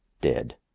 dead